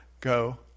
go